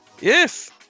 Yes